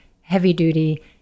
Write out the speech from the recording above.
heavy-duty